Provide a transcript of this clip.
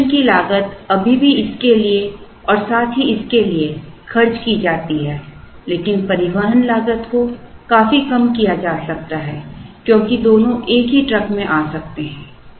निरीक्षण की लागत अभी भी इसके लिए और साथ ही इसके लिए खर्च की जाती है लेकिन परिवहन लागत को काफी कम किया जा सकता है क्योंकि दोनों एक ही ट्रक में आ सकते हैं